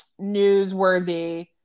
newsworthy